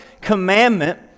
commandment